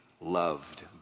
loved